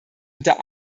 unter